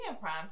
prime